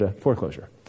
Foreclosure